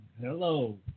hello